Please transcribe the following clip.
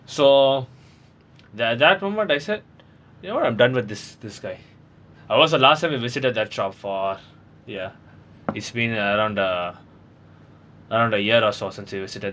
so at that moment I said you know what I'm done with this this guy that was the last time I visited that shop for ya it's been around uh around a year or so since I visited